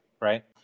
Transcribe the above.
right